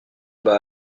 bat